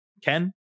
ken